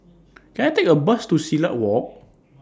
Can I Take A Bus to Silat Walk